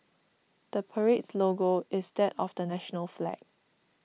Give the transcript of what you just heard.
the parade's logo is that of the national flag